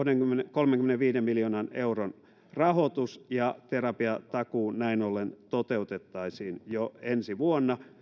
kolmenkymmenenviiden miljoonan euron rahoitus ja terapiatakuu näin ollen toteutettaisiin jo ensi vuonna